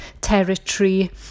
territory